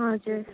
हजुर